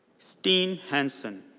stine hansen.